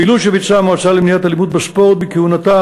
פעילות שביצעה המועצה למניעת אלימות בספורט בכהונתה